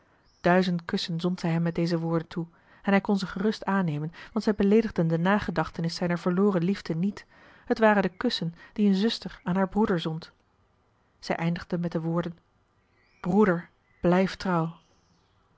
duizend kussen zond zij hem met deze woorden toe en hij kon ze gerust aannemen want zij beleedigden de nagedachtenis zijner verloren liefde niet het waren de kussen die een zuster aan haar broeder zond zij eindigde met de woorden broeder blijf trouw